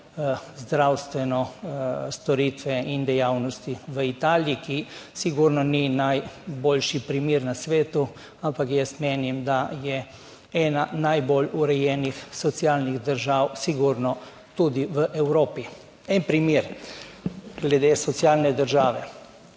zdravstvene storitve in dejavnosti v Italiji, ki sigurno ni najboljši primer na svetu, ampak jaz menim, da je ena najbolj urejenih socialnih držav sigurno tudi v Evropi. En primer glede socialne države